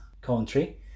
country